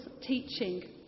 teaching